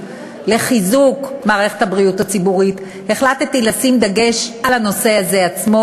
לחיזוק מערכת הבריאות הציבורית החלטתי לשים דגש על הנושא הזה עצמו,